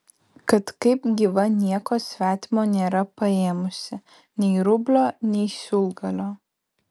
kad kaip gyva nieko svetimo nėra paėmusi nei rublio nei siūlgalio